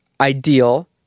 ideal